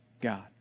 God